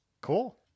Cool